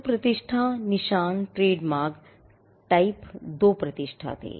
तो प्रतिष्ठा निशान ट्रेडमार्क टाइप दो प्रतिष्ठा थे